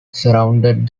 surrounded